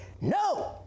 no